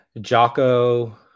Jocko